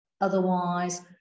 Otherwise